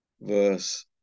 verse